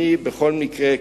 אני בכל מקרה,